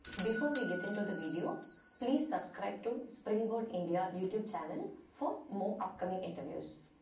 before we get into the video please subscribe to springboard india youtube channel for more upcoming interviews.